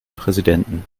präsidenten